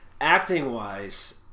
acting-wise